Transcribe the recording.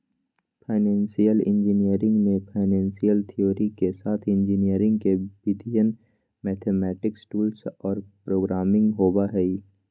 financial engineering में financial theory के साथ इंजीनियरिंग के विधियन, मैथेमैटिक्स टूल्स और प्रोग्रामिंग होबा हई